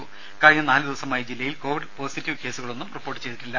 അതിനിടെ കഴിഞ്ഞ നാലു ദിവസമായി ജില്ലയിൽ കോവിഡ് പോസിറ്റീവ് കേസുകളൊന്നും റിപ്പോർട്ട് ചെയ്തിട്ടില്ല